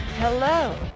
Hello